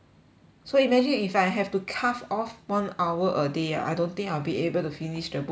so imagine if I have to cuff of one hour a day ah I don't think I'll be able to finish the book by the